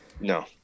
No